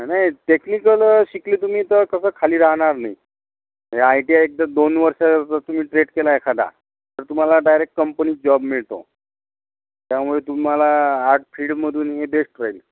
नाही नाही टेक्निकल शिकले तुम्ही तर कसं खाली राहणार नाही हे आय टी आय एकदा दोन वर्षाचा तुम्ही ट्रेट केला एखादा तर तुम्हाला डायरेक्ट कंपनीत जॉब मिळतो त्यामुळं तुम्हाला आर्ट फिल्डमधून हे बेस्ट होईल